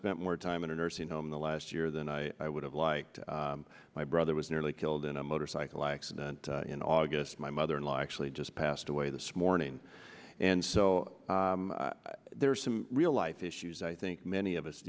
spent more time in a nursing home the last year than i would have liked my brother was nearly killed in a motorcycle accident in august my mother in law actually just passed away this morning and so there are some real life issues i think many of us